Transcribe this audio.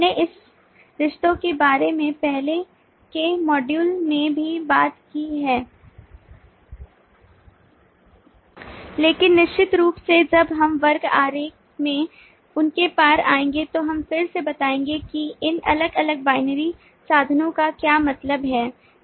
हमने इन शर्तों के बारे में पहले के मॉड्यूल में भी बात की है लेकिन निश्चित रूप से जब हम वर्ग आरेख में उनके पार आएंगे तो हम फिर से बताएंगे कि इन अलग अलग binary साधनों का क्या मतलब है